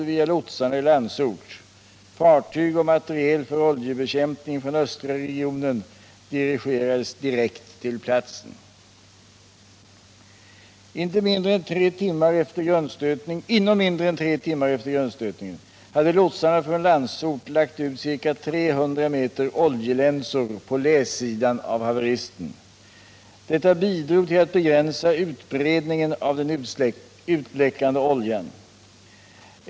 Inom mindre än tre timmar efter grundstötningen hade lotsarna från Landsort lagt ut ca 300 m oljelänsor på läsidan av haveristen. Detta bidrog till att begränsa utbredningen av den utläckande oljan.